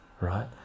right